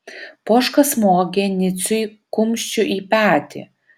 poška smogė niciui kumščiu į petį